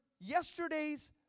yesterday's